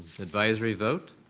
advisory vote?